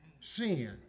Sin